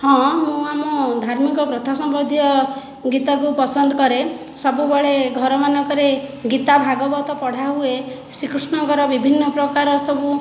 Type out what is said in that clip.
ହଁ ମୁଁ ଆମ ଧାର୍ମିକ ପ୍ରଥା ସମ୍ବନ୍ଧୀୟ ଗୀତକୁ ପସନ୍ଦ କରେ ସବୁବେଳେ ଘରମାନଙ୍କରେ ଗୀତା ଭାଗବତ ପଢ଼ା ହୁଏ ଶ୍ରୀକୃଷ୍ଣଙ୍କର ବିଭିନ୍ନ ପ୍ରକାର ସବୁ